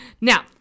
now